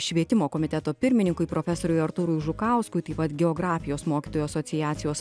švietimo komiteto pirmininkui profesoriui artūrui žukauskui taip pat geografijos mokytojų asociacijos